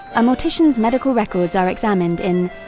a mortician's medical records are examined in